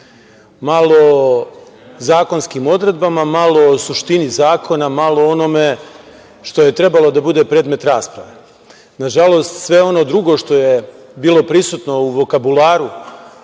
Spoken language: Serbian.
malo o zakonskim odredbama, malo o suštini zakona, malo o onome što je trebalo da bude predmet rasprave. Nažalost, sve ono drugo što je bilo prisutno u vokabularu